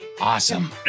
Awesome